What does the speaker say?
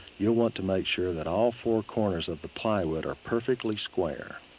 you'll want to make sure that all four corners of the plywood are perfectly square.